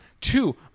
Two